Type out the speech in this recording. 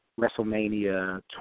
WrestleMania